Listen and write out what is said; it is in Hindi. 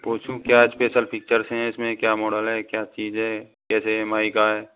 पूछूँ क्या स्पेसल फ़ीचर्स है इसमें क्या मॉडल है क्या चीज है कैसे एम आई का है